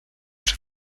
czy